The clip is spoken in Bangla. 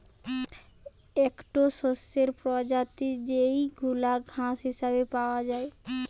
একটো শস্যের প্রজাতি যেইগুলা ঘাস হিসেবে পাওয়া যায়